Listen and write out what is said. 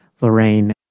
Lorraine